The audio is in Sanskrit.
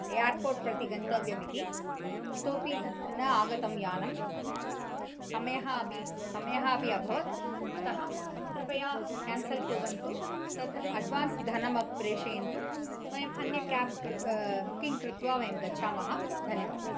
यार्पोर्ट् प्रति गन्तव्यम् इति इतोऽपि न आगतं यानं समयः अपि समयः अपि अभवत् अतः कृपया क्यान्सल् कुर्वन्तु तत् अड्वान्स् धनमपि प्रेषयन्तु वयम् अन्य क्याब् बुकिङ्ग् कृत्वा वयं गच्छामः धन्यवादः